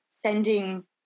sending